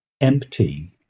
empty